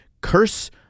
curse